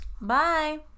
Bye